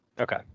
okay